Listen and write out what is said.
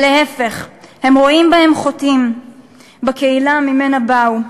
אלא להפך, הם רואים בהם חוטאים בקהילה שממנה באו.